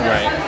Right